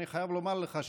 אני חייב לומר לך,